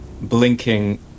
blinking